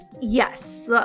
Yes